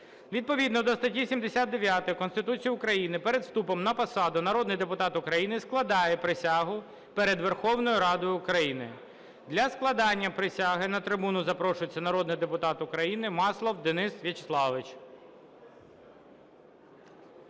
Відповідно до статі 79 Конституції України перед вступом на посаду народний депутат України складає присягу перед Верховною Радою України. Для складання присяги на трибуну запрошується народний депутат України Маслов Денис Вячеславович.